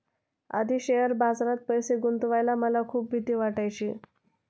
आधी शेअर बाजारात पैसे गुंतवायला मला खूप भीती वाटायची